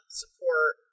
support